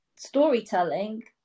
storytelling